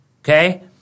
Okay